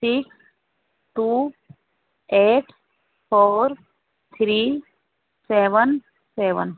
six two eight four three seven seven